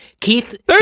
Keith